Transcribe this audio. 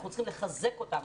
אנחנו צריכים לחזק אותם.